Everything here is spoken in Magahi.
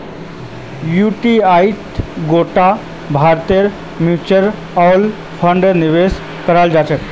युटीआईत गोटा भारतेर म्यूच्यूअल फण्ड निवेश कराल जाहा